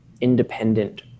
independent